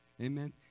amen